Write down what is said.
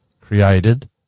Created